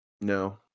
No